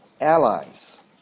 allies